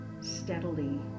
steadily